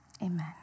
Amen